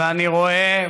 ואני רואה,